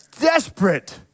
desperate